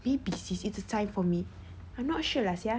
maybe sis it's a time for me I'm not sure lah [sial]